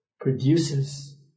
produces